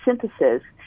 synthesis